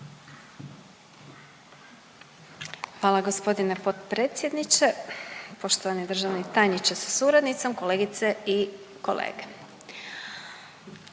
Hvala gospodine potpredsjedniče, poštovani državni tajniče sa suradnicom, kolegice i kolege.